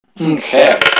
Okay